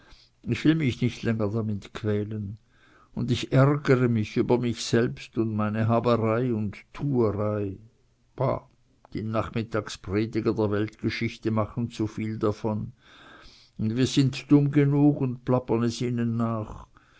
ich will mich nicht länger damit quälen und ich ärgere mich über mich selbst und meine haberei und tuerei bah die nachmittagsprediger der weltgeschichte machen zu viel davon und wir sind dumm genug und plappern es ihnen nach